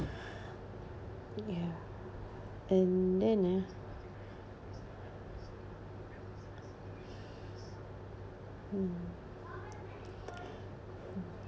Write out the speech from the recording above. ya and then ah mm